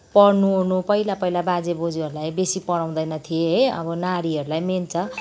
पढ्नुओर्नु पहिला पहिला बाजेबज्यूहरूलाई बेसी पढाउँदैन् थिए अब नानीहरूलाई मेन त